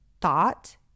thought